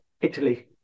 Italy